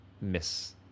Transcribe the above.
miss